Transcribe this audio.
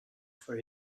for